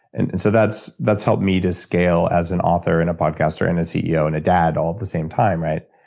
and and so that's that's helped me to scale as an author, and a podcaster, and a ceo, and a dad all at the same time, right?